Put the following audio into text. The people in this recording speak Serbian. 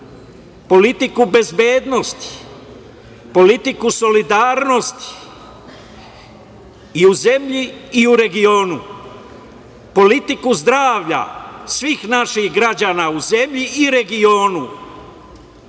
politiku bezbednosti, politiku solidarnosti i u zemlji i u regionu, politiku zdravlja svih naših građana u zemlji i u regionu,